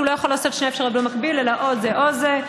הוא לא יכול שתי אפשרויות במקביל אלא או זה או זה,